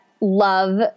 love